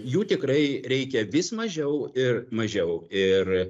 jų tikrai reikia vis mažiau ir mažiau ir